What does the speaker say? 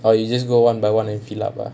oh you just go one by one and fill up ah